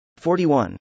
41